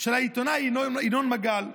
של העיתונאי ינון מגל.